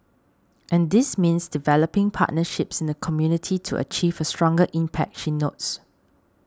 and this means developing partnerships in the community to achieve a stronger impact she notes